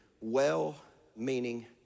Well-meaning